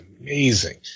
amazing